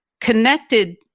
connected